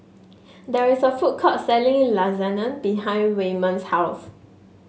there is a food court selling Lasagne behind Waymon's house